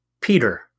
Peter